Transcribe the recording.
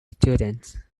students